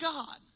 God